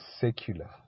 secular